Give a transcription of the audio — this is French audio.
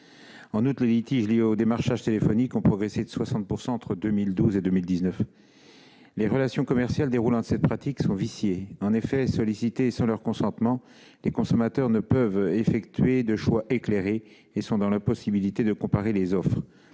En outre, les litiges liés au démarchage téléphonique ont progressé de 60 % entre 2012 et 2019. Les relations commerciales découlant de cette pratique sont viciées. En effet, sollicités sans leur consentement, les consommateurs ne peuvent effectuer de choix éclairé et sont dans l'impossibilité de comparer les offres.